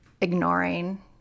ignoring